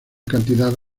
cantidad